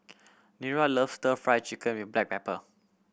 Nira loves Stir Fry Chicken with black pepper